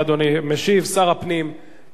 משיב שר הפנים אלי ישי.